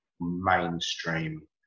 mainstream